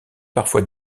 parfois